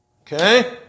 Okay